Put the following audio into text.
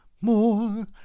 more